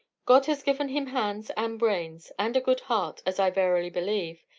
god has given him hands, and brains and a good heart, as i verily believe.